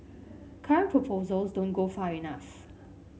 current proposals don't go far enough